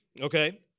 Okay